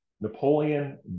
Napoleon